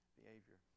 behavior